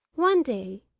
one day,